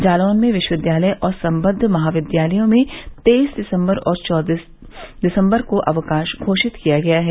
जालौन में विश्वविद्यालय और सम्बद्ध महाविद्यालयों में तेईस दिसम्बर और चौबीस दिसम्बर को अवकाश घोषित किया गया है